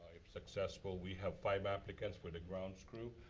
if successful, we have five applicants for the grounds crew.